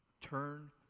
Turn